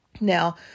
Now